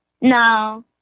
No